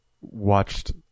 watched